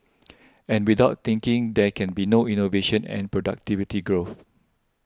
and without thinking there can be no innovation and productivity growth